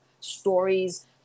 stories